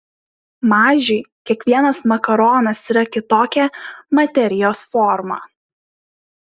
mažiui kiekvienas makaronas yra kitokia materijos forma